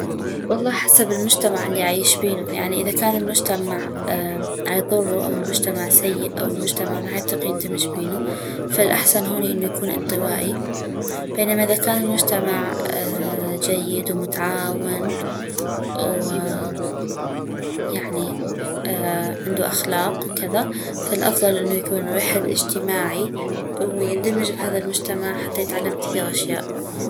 والله حسب المجتمع العيش بينو يعني اذا كان المجتمع عيظرو او المجتمع سئ او المجتمع ما عيطيق يندمج بينو فالاحسن هوني انو يكون انطوائي بينما اذا كان المجتمع جيد ومتعاون ويعني عندو اخلاق وكذا فالافظل انو يكون الويحد اجتماعي ويندمج بهذا المجتمع حتى يتعلم كثيغ اشياء